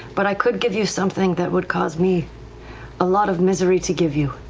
but i could give you something that would cause me a lot of misery to give you.